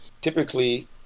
Typically